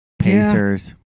Pacers